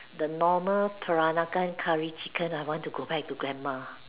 the normal Peranakan curry chicken I want to go back to grandma